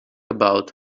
about